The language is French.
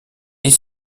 est